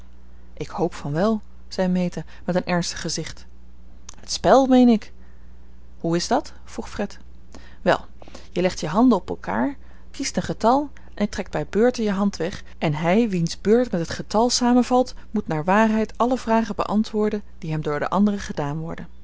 ik hoop van wel zei meta met een ernstig gezicht het spel meen ik hoe is dat vroeg fred wel je legt je handen op elkaar kiest een getal en trekt bij beurten je hand weg en hij wiens beurt met het getal samenvalt moet naar waarheid alle vragen beantwoorden die hem door de anderen gedaan worden